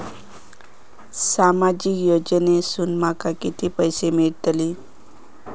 सामाजिक योजनेसून माका किती पैशे मिळतीत?